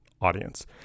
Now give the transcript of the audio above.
audience